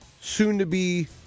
soon-to-be